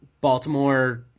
Baltimore